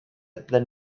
than